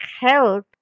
health